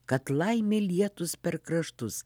kad laimė lietųs per kraštus